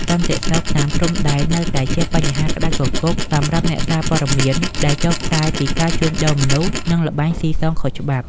សន្តិសុខតាមព្រំដែននៅតែជាបញ្ហាក្តៅគគុកសម្រាប់អ្នកសារព័ត៌មានដែលចុះផ្សាយពីការជួញដូរមនុស្ស និងល្បែងស៊ីសងខុសច្បាប់។